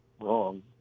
wrong